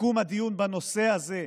לסיכום הדיון בנושא הזה,